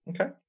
okay